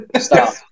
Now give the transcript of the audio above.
Stop